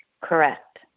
Correct